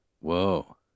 Whoa